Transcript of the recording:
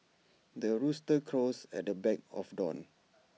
the rooster crows at the back of dawn